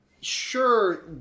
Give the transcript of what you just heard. sure